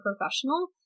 professional